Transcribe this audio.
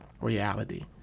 reality